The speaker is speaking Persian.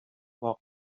واق